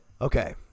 Okay